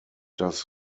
das